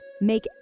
make